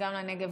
גם לנגב,